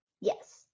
Yes